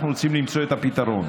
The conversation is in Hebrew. אנחנו רוצים למצוא את הפתרון.